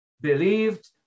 believed